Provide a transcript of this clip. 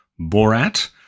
Borat